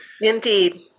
Indeed